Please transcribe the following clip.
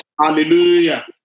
Hallelujah